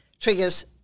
triggers